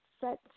set